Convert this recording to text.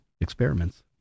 Experiments